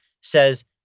says